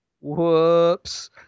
Whoops